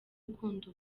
ukunda